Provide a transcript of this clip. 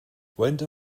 winder